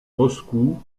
moscou